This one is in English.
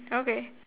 okay